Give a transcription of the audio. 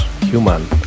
Human